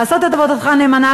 לעשות את עבודתך נאמנה,